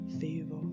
favor